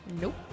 Nope